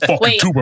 wait